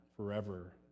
Forever